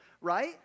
right